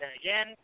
again